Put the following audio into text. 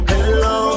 Hello